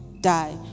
die